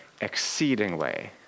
exceedingly